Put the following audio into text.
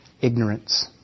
ignorance